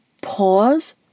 pause